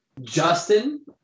Justin